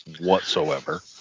whatsoever